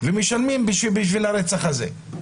ומשלמים בשביל הרצח הזה.